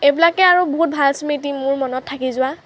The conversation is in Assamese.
এইবিলাকেই আৰু বহুত ভাল স্মৃতি মোৰ মনত থাকি যোৱা